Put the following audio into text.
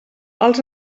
als